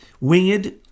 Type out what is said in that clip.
winged